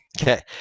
okay